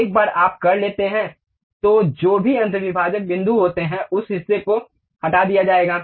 एक बार जब आप कर लेते हैं तो जो भी अन्तर्विभाजक बिंदु होते हैं उस हिस्से को हटा दिया जाएगा